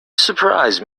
surprise